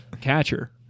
Catcher